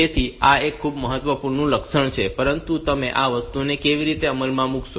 તેથી આ એક ખૂબ જ મહત્વપૂર્ણ લક્ષણ છે પરંતુ તમે આ વસ્તુને કેવી રીતે અમલમાં મૂકશો